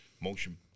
motion